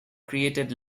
created